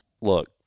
look